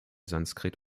sanskrit